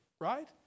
right